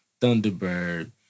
Thunderbird